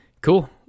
Cool